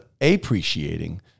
appreciating